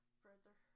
further